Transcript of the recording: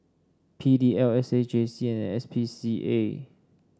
P D L S A J C and S P C A